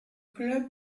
club